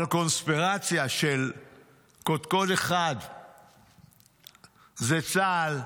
על קונספירציה שקודקוד אחד זה צה"ל,